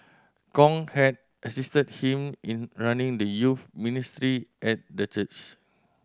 Kong had assisted him in running the youth ministry at the church